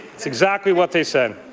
exactly what they said.